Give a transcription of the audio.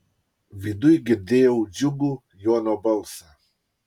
viduj girdėjau džiugų jono balsą